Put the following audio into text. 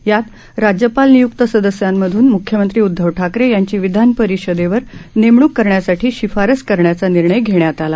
यात राज्यपाल निय्क्त सदस्यांमधून म्ख्यमंत्री उद्धव ठाकरे यांची विधान परिषदेवर नेमणूक करण्यासाठी शिफारस करण्याचा निर्णय घेण्यात आला